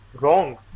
wrong